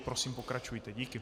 Prosím, pokračujte, díky.